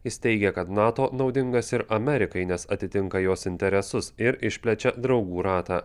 jis teigė kad nato naudingas ir amerikai nes atitinka jos interesus ir išplečia draugų ratą